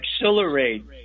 accelerate